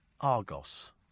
Argos